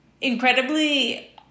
incredibly